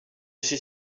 suis